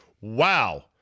Wow